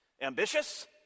Ambitious